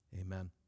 amen